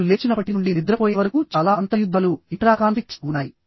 మీరు లేచినప్పటి నుండి నిద్రపోయే వరకు చాలా అంతర్యుద్ధాలు ఉన్నాయి